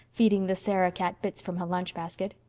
feeding the sarah-cat bits from her lunchbasket.